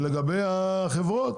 ולגבי החברות